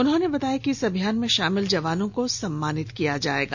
उन्होंने बताया कि इस अभियान में शामिल जवानों को सम्मानित किया जाएगा